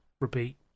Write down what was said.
repeat